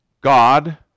God